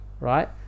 right